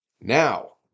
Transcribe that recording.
Now